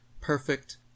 perfect